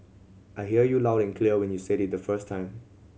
I heard you loud and clear when you said it the first time